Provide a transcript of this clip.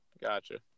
Gotcha